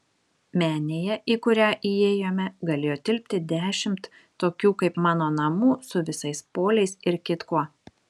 menėje į kurią įėjome galėjo tilpti dešimt tokių kaip mano namų su visais poliais ir kitkuo